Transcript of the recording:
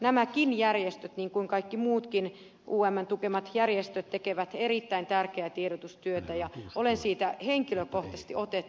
nämäkin järjestöt niin kuin kaikki muutkin umn tukemat järjestöt tekevät erittäin tärkeää tiedotustyötä ja olen siitä henkilökohtaisesti otettu